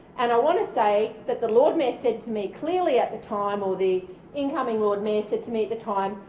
and i want to say that the lord mayor said to me clearly at the time or the incoming lord mayor said to me at the time,